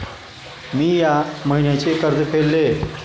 मी या महिन्याचे कर्ज फेडले